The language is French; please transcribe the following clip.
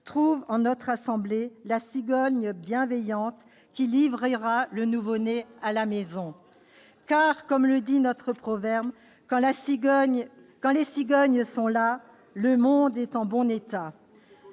trouve en notre assemblée la cigogne bienveillante qui livrera le nouveau-né à la maison. Car, comme le dit notre proverbe, quand les cigognes sont là, le monde est en bon état.